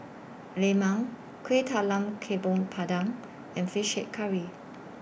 Lemang Kueh Talam Tepong Pandan and Fish Head Curry